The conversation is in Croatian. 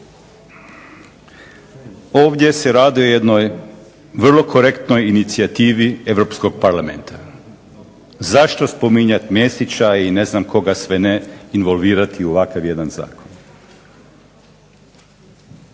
Ovdje se radi o jednoj vrlo korektnoj inicijativi Europskog parlamenta. Zašto spominjati Mesića i ne znam koga sve ne i involvirati u jedan ovakav zakon.